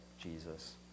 Jesus